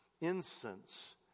incense